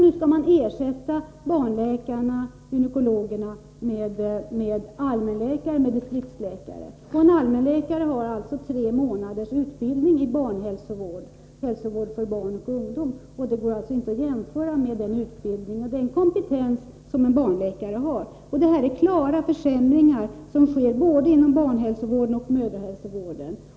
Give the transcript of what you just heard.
Nu skall man ersätta barnläkarna och gynekologerna med distriktsläkare. En allmänläkare har tre månaders utbildning i hälsovård för barn och ungdom, och det går inte att jämföra med den utbildning och den kompetens som en barnläkare har. Det innebär klara försämringar inom både barnhälsovården och mödrahälsovården.